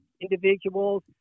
individuals